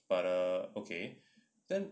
but err okay then